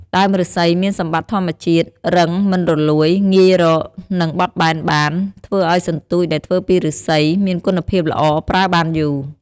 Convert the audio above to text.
ដើមឬស្សីមានសម្បត្តិធម្មជាតិ រឹង មិនរលួយ ងាយរក និងបត់បែនបាន ធ្វើឲ្យសន្ទូចដែលធ្វើពីឬស្សីមានគុណភាពល្អ ប្រើបានយូរ។